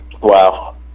Wow